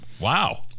wow